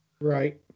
Right